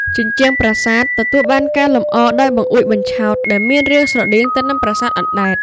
ជញ្ជាំងប្រាសាទទទួលបានការលម្អដោយបង្អួចបញ្ឆោត ដែលមានរាងស្រដៀងនឹងប្រាសាទអណ្តែត។